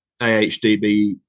AHDB